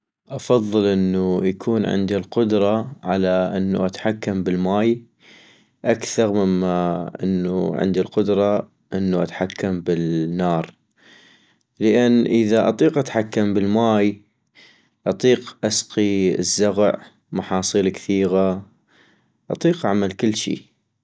افضل انو يكون عندي القدرة على انو اتحكم بالماي اكثغ مما انو عندي القدرة انو اتحكم بالنار - لان اذا اطيق اتحكم بالماي اطيق اسقي الزغع ، محاصيل كثيغة ، اطيق اعمل كلشي